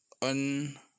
On